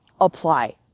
apply